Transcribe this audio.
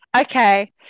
Okay